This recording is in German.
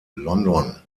london